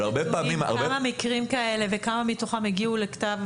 יש נתונים של כמה מקרים כאלה וכמה מתוכם הגיעו לכתב